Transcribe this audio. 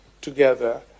together